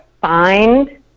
find